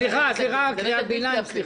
סליחה, רק קריאת ביניים.